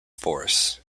forests